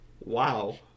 Wow